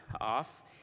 off